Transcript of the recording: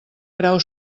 grau